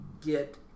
get –